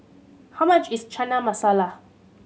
how much is Chana Masala